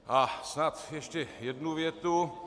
A snad ještě jednu větu.